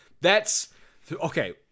that's—okay